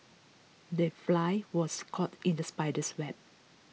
the fly was caught in the spider's web